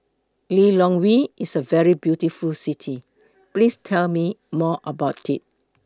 Lilongwe IS A very beautiful City Please Tell Me More about IT